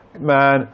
man